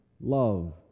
love